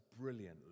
brilliantly